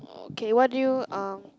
okay what do you uh